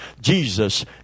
Jesus